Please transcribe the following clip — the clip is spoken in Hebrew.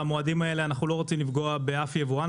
אנחנו לא רוצים לפגוע בשום יבואן,